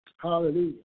Hallelujah